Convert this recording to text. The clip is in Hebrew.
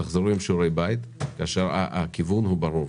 תחזרו עם שיעורי בית כאשר הכיוון הוא ברור.